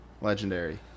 Legendary